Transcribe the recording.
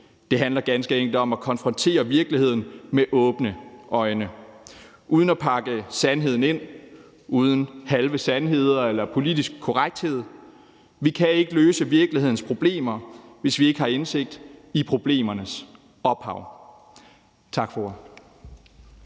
Det handler ganske enkelt om at konfrontere virkeligheden med åbne øjne uden at pakke sandheden ind, uden halve sandheder eller politisk korrekthed. Vi kan ikke løse virkelighedens problemer, hvis vi ikke har indsigt i problemernes ophav. Tak for